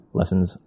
lessons